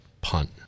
punt